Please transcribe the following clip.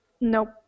nope